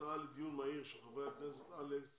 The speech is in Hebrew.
הצעה לדיון מהיר של חברי הכנסת אלכס